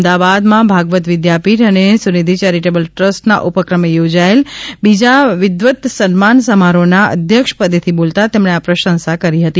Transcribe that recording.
અમદાવાદમાં ભાગવત વિદ્યાપીઠ અને સુનિધી ચેરીટેબલ ટ્રસ્ટના ઉપક્રમે યોજાયેલા બીજા વિદ્વત સન્માન સમારોહના અધ્યક્ષપદેથી બોલતા તેમણે આ પ્રશંસા કરી હતી